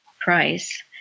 Price